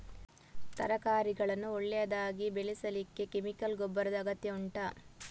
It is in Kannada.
ತರಕಾರಿಗಳನ್ನು ಒಳ್ಳೆಯದಾಗಿ ಬೆಳೆಸಲಿಕ್ಕೆ ಕೆಮಿಕಲ್ ಗೊಬ್ಬರದ ಅಗತ್ಯ ಉಂಟಾ